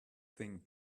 thing